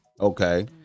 Okay